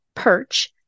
Perch